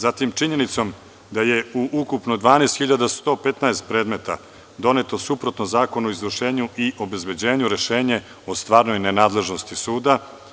Zatim, činjenicom da je u ukupno 12.115 predmeta doneto, suprotno Zakonu o izvršenju i obezbeđenju, rešenje o stvarnoj nenadležnosti suda.